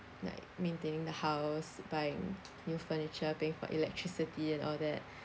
like maintaining the house buying new furniture paying for electricity and all that